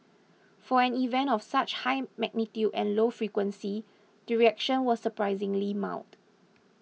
for an event of such high magnitude and low frequency the reaction was surprisingly mild